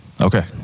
Okay